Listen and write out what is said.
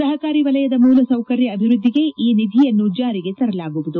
ಸಹಕಾರಿ ವಲಯದ ಮೂಲಸೌಕರ್ಯ ಅಭಿವೃದ್ದಿಗೆ ಈ ನಿಧಿಯನ್ನು ಜಾರಿಗೆ ತರಲಾಗುವುದು